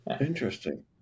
Interesting